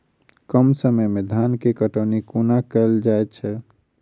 कम समय मे धान केँ कटनी कोना कैल जाय छै?